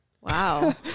Wow